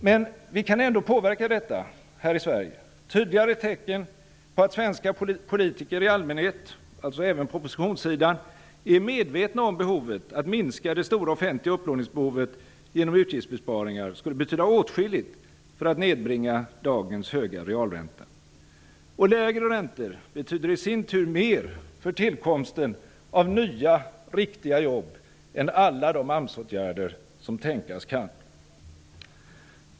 Men vi kan ändå påverka detta här i Sverige. Tydligare tecken på att svenska politiker i allmänhet -- alltså även på oppositionssidan -- är medvetna om nödvändigheten att minska det stora offentliga upplåningsbehovet genom utgiftsbesparingar skulle betyda åtskilligt för att nedbringa dagens höga realränta. Och lägre räntor betyder i sin tur mer för tillkomsten av nya, riktiga jobb än alla de AMS-åtgärder som tänkas kan.